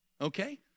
okay